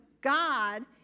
God